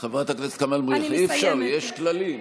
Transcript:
חברת הכנסת כמאל מריח, אי-אפשר, יש כללים.